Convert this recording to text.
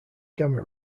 gamma